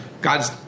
God's